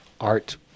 art